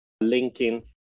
linking